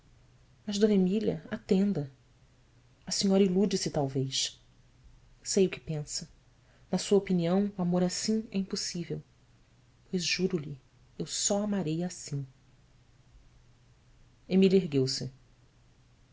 mas d emília atenda a senhora ilude se talvez ei o que pensa na sua opinião o amor assim é impossível pois juro-lhe eu só amarei assim emília